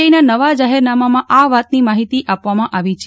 આઈના નવા જાફેરનામાં આ વાતની માફિતી આપવામાં આવી છે